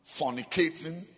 fornicating